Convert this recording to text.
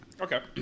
Okay